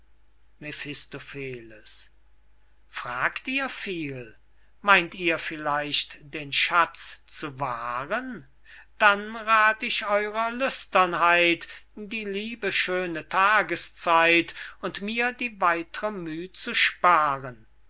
fragt ihr viel meint ihr vielleicht den schatz zu wahren dann rath ich eurer lüsternheit die liebe schöne tageszeit und mir die weitre müh zu sparen